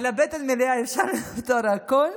על בטן מלאה אפשר לפתור הכול.